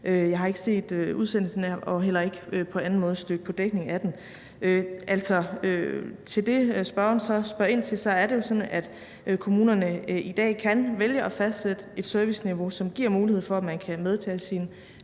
jeg har ikke set udsendelsen og er heller ikke på anden måde stødt på dækning af den. Til det, spørgeren så spørger ind til, vil jeg sige, at det jo er sådan, at kommunerne i dag kan vælge at fastsætte et serviceniveau, som giver mulighed for, at man kan medtage sin